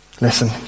Listen